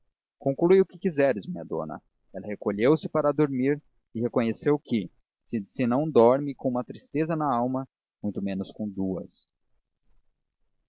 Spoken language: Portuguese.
conclui o que quiseres minha dona ela recolheu-se para dormir e reconheceu que se se não dorme com uma tristeza na alma muito menos com duas